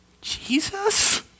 Jesus